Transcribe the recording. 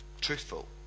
truthful